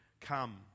come